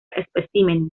especímenes